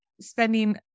spending